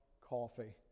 coffee